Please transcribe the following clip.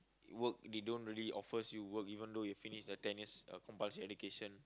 work they don't really offers you work even though you finish the ten years compulsory education